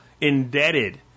indebted